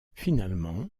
finalement